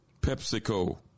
PepsiCo